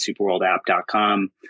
superworldapp.com